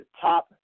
top